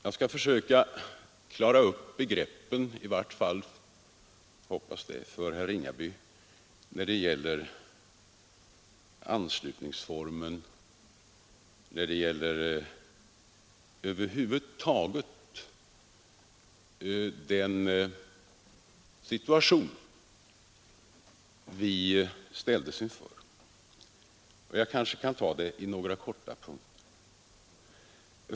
Jag skall försöka klara upp begreppen, i vart fall hoppas jag för herr Ringaby, när det gäller anslutningsformen och över huvud taget när det gäller den situation vi ställdes inför. Jag kanske kan ta upp det i några korta punkter.